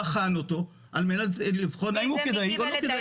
בחן אותו האם הוא כדאי או לא כדאי.